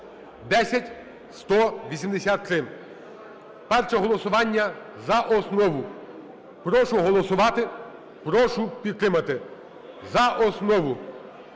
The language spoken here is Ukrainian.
(10183). Перше голосування – за основу. Прошу голосувати. Прошу підтримати. За основу.